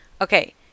Okay